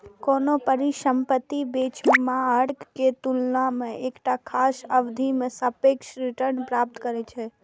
कोनो परिसंपत्ति बेंचमार्क के तुलना मे एकटा खास अवधि मे सापेक्ष रिटर्न प्राप्त करै छै